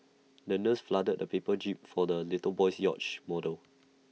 the nurse folded A paper jib for the little boy's yacht model